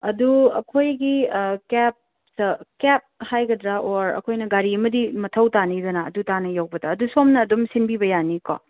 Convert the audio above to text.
ꯑꯗꯨ ꯑꯩꯈꯣꯏꯒꯤ ꯀꯦꯞ ꯀꯦꯞ ꯍꯥꯏꯒꯗ꯭ꯔ ꯑꯣꯔ ꯑꯩꯈꯣꯏꯅ ꯒꯥꯔꯤ ꯑꯃꯗꯤ ꯃꯊꯧ ꯇꯥꯅꯤꯗꯅ ꯑꯗꯨ ꯇꯥꯅ ꯌꯧꯕꯗ ꯑꯗꯨ ꯁꯣꯝꯅ ꯑꯗꯨꯝ ꯁꯤꯟꯕꯤꯕ ꯌꯥꯅꯤꯀꯣ